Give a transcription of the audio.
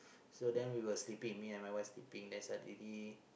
so then we were sleeping me and my wife sleeping then suddenly